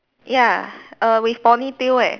ya err with pony tail right